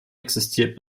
existiert